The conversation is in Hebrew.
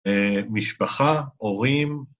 אהה משפחה, הורים.